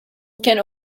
can